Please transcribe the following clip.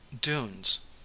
dunes